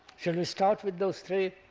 shall we start with those three,